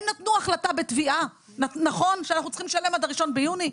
הם נתנו החלטה בתביעה שאנחנו צריכים לשלם עד ה-1 ביוני,